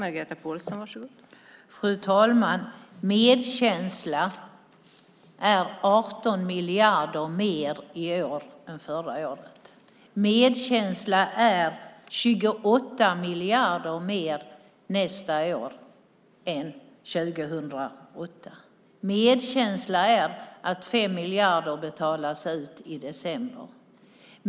Fru talman! Medkänsla för oss är 18 miljarder mer i år än förra året. Medkänsla för oss är 28 miljarder mer nästa år än 2008. Medkänsla för oss är att 5 miljarder betalas ut i december.